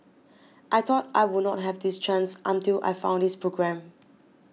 I thought I would not have this chance until I found this programme